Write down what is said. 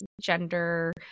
gender